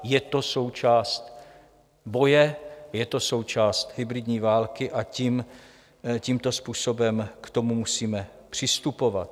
Je to součást boje, je to součást hybridní války, a tímto způsobem k tomu musíme přistupovat.